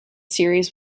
series